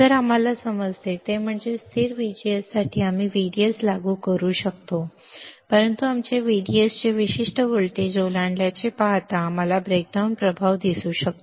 तर आम्हाला जे समजते ते म्हणजे स्थिर व्हीजीएससाठी आम्ही व्हीडीएस लागू करू शकतो परंतु आपण व्हीडीएसचे विशिष्ट व्होल्टेज ओलांडल्याचे पाहता आम्हाला ब्रेकडाउन प्रभाव दिसू शकतो